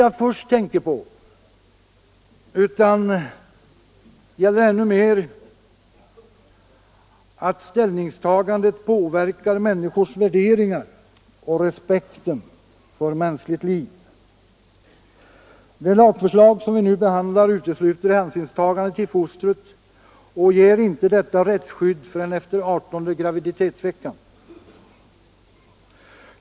Men framför allt är detta ställningstagande av stor betydelse därför att det påverkar människors värderingar och respekten för mänskligt liv. Det lagförslag vi nu behandlar utesluter hänsynstagande till fostret och ger inte detta rättsskydd förrän efter adertonde graviditetsveckan.